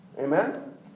Amen